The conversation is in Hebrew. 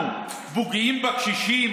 אנחנו פוגעים בקשישים?